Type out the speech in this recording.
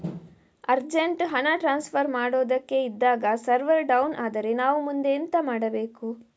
Urgent ಹಣ transfer ಮಾಡೋದಕ್ಕೆ ಇದ್ದಾಗ ಸರ್ವರ್ ಡೌನ್ ಆದರೆ ನಾವು ಮುಂದೆ ಎಂತ ಮಾಡಬೇಕು?